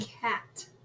cat